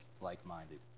like-minded